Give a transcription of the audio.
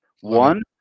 One